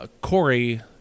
Corey